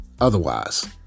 otherwise